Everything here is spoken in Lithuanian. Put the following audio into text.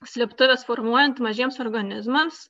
slėptuves formuojant mažiems organizmams